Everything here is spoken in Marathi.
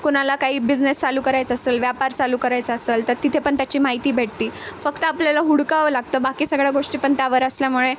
कोणाला काही बिझनेस चालू करायचा असंल व्यापार चालू करायचा असंल तर तिथे पण त्याची माहिती भेटते फक्त आपल्याला हुडकावं लागतं बाकी सगळ्या गोष्टी पण त्यावर असल्यामुळे